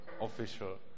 official